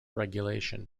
regulation